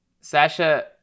Sasha